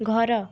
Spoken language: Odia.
ଘର